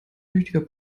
tüchtiger